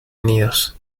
unidos